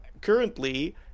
currently